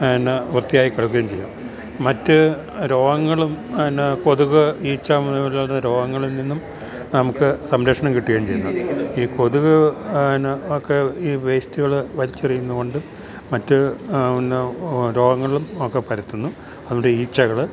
വൃത്തിയായി കിടക്കുകയും ചെയ്യും മറ്റ് രോഗങ്ങളും കൊതുക് ഈച്ച മുതലായവയിൽ നിന്നുള്ള രോഗങ്ങളിൽ നിന്നും നമുക്ക് സംരക്ഷണം കിട്ടുകയും ചെയ്യുന്നുണ്ട് ഈ കൊതുക് ഒക്കെ ഈ വേസ്റ്റുകള് വലച്ചെറിയുന്നതുകൊണ്ട് മറ്റ് രോഗങ്ങളുമൊക്കെ പരത്തുന്നു അതുകൊണ്ട് ഈച്ചകള്